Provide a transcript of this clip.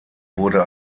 wurde